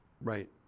right